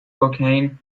cocaine